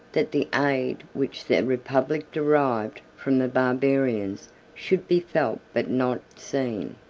that the aid which the republic derived from the barbarians should be felt but not seen.